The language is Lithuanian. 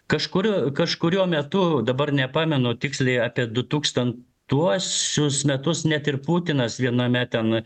kažkuriuo kažkuriuo metu dabar nepamenu tiksliai apie du tūkstantuosius metus net ir putinas viename ten